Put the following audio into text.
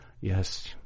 yes